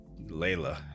Layla